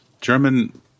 German